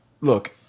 Look